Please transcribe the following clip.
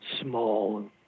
small